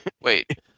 Wait